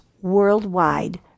worldwide